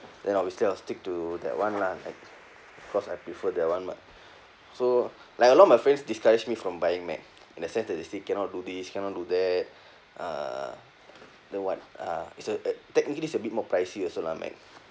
then obviously I'll stick to that one lah like cause I prefer that one [what] so like a lot of my friends discouraged me from buying mac in a sense that they still cannot do this cannot do that uh then what uh is a technically is a bit more pricey also lah mac